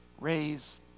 raise